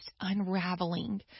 unraveling